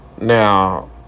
Now